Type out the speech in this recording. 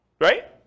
Right